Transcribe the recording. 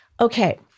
okay